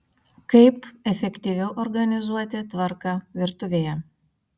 kaip efektyviau organizuoti tvarką virtuvėje